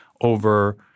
over